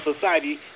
society